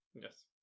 Yes